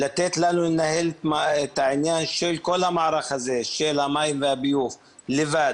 לתת לנו לנהל את העניין של כל המערך הזה של המים והביוב לבד.